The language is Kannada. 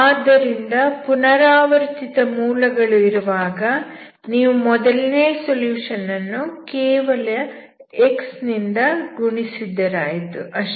ಆದ್ದರಿಂದ ಪುನರಾವರ್ತಿತ ಮೂಲ ಗಳು ಇರುವಾಗ ನೀವು ಮೊದಲನೇ ಸೊಲ್ಯೂಷನ್ ಅನ್ನು ಕೇವಲ x ನಿಂದ ಗುಣಿಸಿದರಾಯಿತು ಅಷ್ಟೇ